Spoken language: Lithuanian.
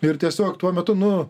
ir tiesiog tuo metu nu